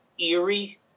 eerie